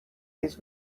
his